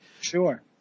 sure